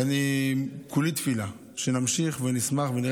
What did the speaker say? ואני כולי תפילה שנמשיך ונשמח ונראה